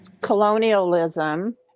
colonialism